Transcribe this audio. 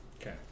Okay